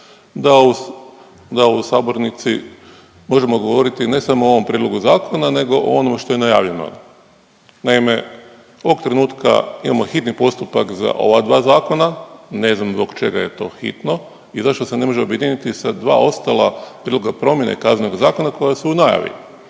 da u sabornici možemo govoriti ne samo o ovom prijedlogu zakona nego onom što je najavljeno. Naime, ovog trenutka imamo hitni postupak za ova dva zakona, ne znam zbog čega je hitno i zašto se ne može objediniti sa dva ostala prijedloga promjene Kaznenog zakona koja su u najavi?